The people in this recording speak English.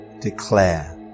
Declare